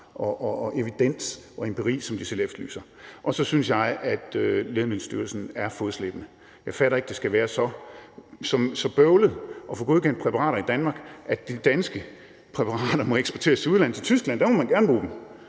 den evidens og empiri, som de selv efterlyser. Og så synes jeg, at Lægemiddelstyrelsen er fodslæbende. Jeg fatter ikke, at det skal være så bøvlet at få godkendt præparater i Danmark, og at de danske præparater må eksporteres til udlandet, til Tyskland – der må man gerne bruge dem